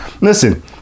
listen